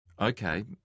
Okay